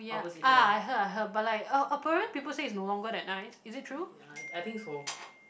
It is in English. ah I heard I heard but like uh apparently people say it's no longer that nice is it true